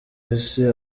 isi